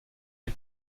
les